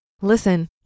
Listen